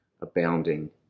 abounding